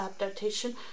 adaptation